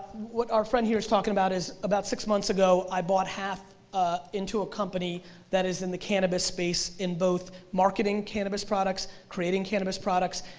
what our friend here is talking about is about six months ago i bought half into a company that is in the cannabis space in both marketing cannabis products, creating cannabis products,